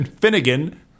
Finnegan